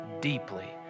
deeply